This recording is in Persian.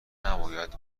نباید